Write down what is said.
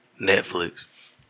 Netflix